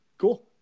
cool